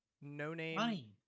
no-name